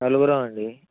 నలుగురు అండి